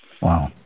Wow